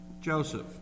Joseph